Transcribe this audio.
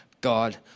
God